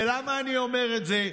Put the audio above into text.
ולמה אני אומר את זה?